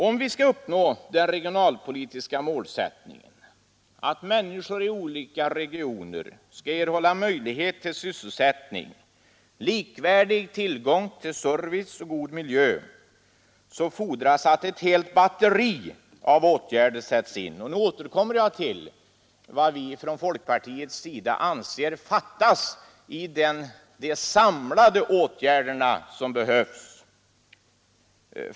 Om vi skall kunna förverkliga den regionalpolitiska målsättningen att människor i olika regioner skall erhålla möjligheter till sysselsättning, likvärdig tillgång till service och god miljö, då fordras att ett helt batteri av åtgärder sätts in. Nu återkommer jag till de olika förslagen på detta område.